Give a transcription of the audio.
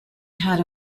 had